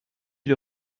ils